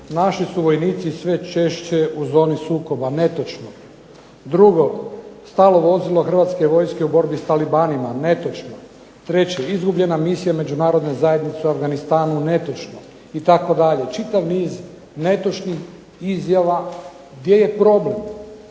naši su vojnici sve češće u zoni sukoba. Netočno. Drugo. Stalo vozilo Hrvatske vojske u borbi sa talibanima. Netočno. Treće. Izgubljena misija Međunarodne zajednice u Afganistanu. Netočno. I tako dalje. Čitav niz netočnih izjava. Gdje je problem?